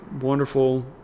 wonderful